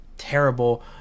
terrible